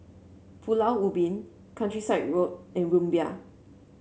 Pulau Ubin Countryside Road and Rumbia